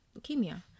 leukemia